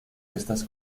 estas